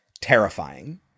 Terrifying